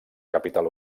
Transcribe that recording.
capital